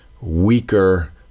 weaker